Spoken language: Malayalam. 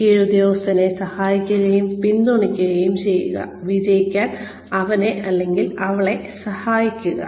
കീഴുദ്യോഗസ്ഥനെ സഹായിക്കുകയും പിന്തുണയ്ക്കുകയും ചെയ്യുക വിജയിക്കാൻ അവനെ അല്ലെങ്കിൽ അവളെ സഹായിക്കുക